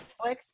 Netflix